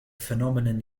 phenomenon